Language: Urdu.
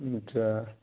اچھا